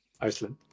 Iceland